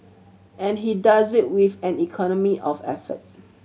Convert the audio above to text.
and he does this with an economy of effort